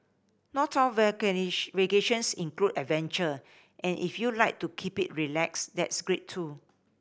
not all vacations include adventure and if you like to keep it relaxed that's great too